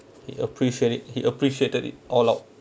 he appreciate it he appreciated it all out